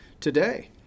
today